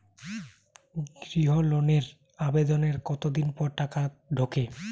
গৃহ লোনের আবেদনের কতদিন পর টাকা ঢোকে?